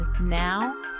now